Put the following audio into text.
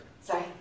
Sorry